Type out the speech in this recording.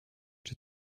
czy